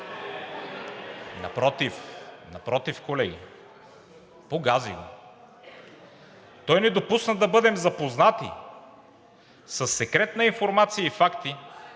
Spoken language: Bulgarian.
Напротив, напротив, колеги, погази го. Той не допусна да бъдем запознати със секретна информация и факти